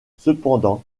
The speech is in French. cependant